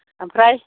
ओमफ्राय